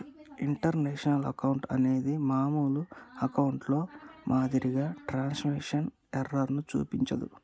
international account number మామూలు అకౌంట్లో మాదిరిగా ట్రాన్స్మిషన్ ఎర్రర్ ను చూపించదు